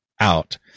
out